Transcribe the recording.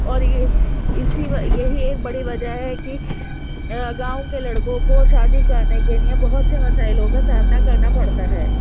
اور اسی وہ یہی ایک بڑی وجہ ہے کہ اں گاؤں کے لڑکوں کو شادی کرنے کے لیے بہت سے مسائلوں کا سامنا کرنا پڑتا ہے